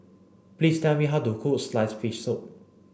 please tell me how to cook sliced fish soup